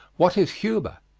what is humor?